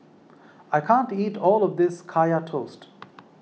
I can't eat all of this Kaya Toast